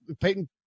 Peyton